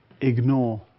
ignore